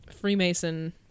Freemason